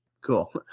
Cool